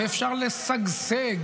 ואפשר לשגשג,